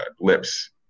lips